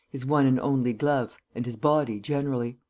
his one and only glove and his body generally.